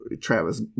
Travis